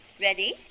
Ready